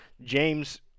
James